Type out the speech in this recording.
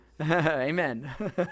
Amen